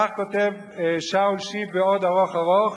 כך כותב שאול שיף, וזה עוד ארוך ארוך,